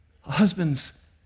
husbands